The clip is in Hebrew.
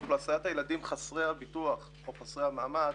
באוכלוסיית הילדים חסרי הביטוח או חסרי המעמד